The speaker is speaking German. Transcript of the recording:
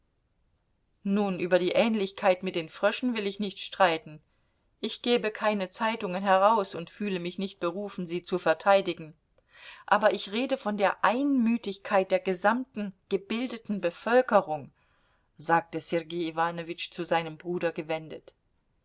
nun über die ähnlichkeit mit den fröschen will ich nicht streiten ich gebe keine zeitungen heraus und fühle mich nicht berufen sie zu verteidigen aber ich rede von der einmütigkeit der gesamten gebildeten bevölkerung sagte sergei iwanowitsch zu seinem bruder gewendet